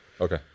Okay